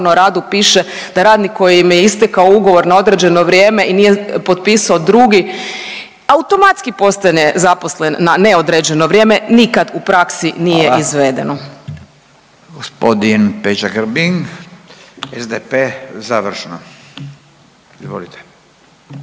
radu piše da radnik kojem je istekao ugovor na određeno vrijeme i nije potpisao drugi automatski postane zaposlen na neodređeno vrijeme nikad u praksi nije izvedeno. Hvala. **Radin, Furio (Nezavisni)** Hvala.